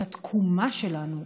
את התקומה שלנו,